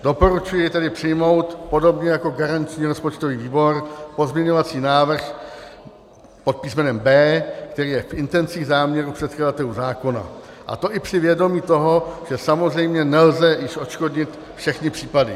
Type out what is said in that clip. Doporučuji tedy přijmout podobně jako garanční rozpočtový výbor pozměňovací návrh pod písmenem B, který je v intencích záměru předkladatelů zákona, a to i při vědomí toho, že samozřejmě nelze již odškodnit všechny případy.